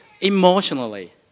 emotionally